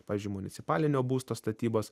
pavyzdžiui municipalinio būsto statybas